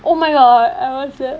oh my god I was her~